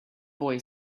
boy